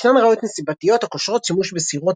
ישנן ראיות נסיבתיות הקושרות שימוש בסירות